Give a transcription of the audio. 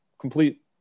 complete